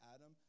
Adam